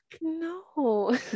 No